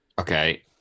Okay